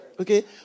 okay